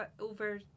over